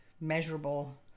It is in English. measurable